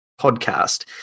podcast